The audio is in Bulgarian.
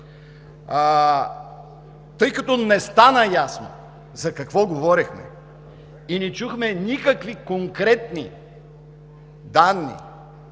Тъй като не стана ясно за какво говорехме и не чухме никакви конкретни данни